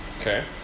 Okay